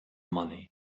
money